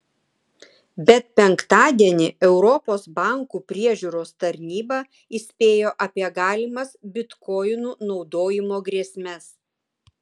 bet penktadienį europos bankų priežiūros tarnyba įspėjo apie galimas bitkoinų naudojimo grėsmes